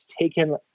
taken